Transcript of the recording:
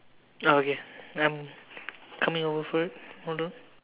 oh okay I'm coming over for it hold on